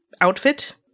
outfit